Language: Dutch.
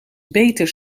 beter